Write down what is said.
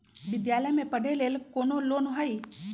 विद्यालय में पढ़े लेल कौनो लोन हई?